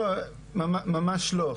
לא, ממש לא.